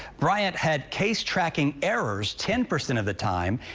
bryant had case tracking errors, ten percent of the time,